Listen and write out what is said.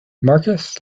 marcus